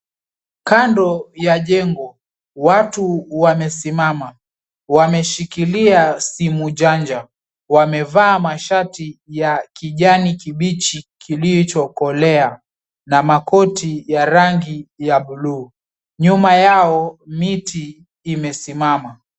Kando ya jengo watu wamesimama wamevaa mashati ya kijani kibichi kilichokolea na makoti ya rangi ya bluu nyuma yao , miti imesimama.